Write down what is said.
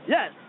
Yes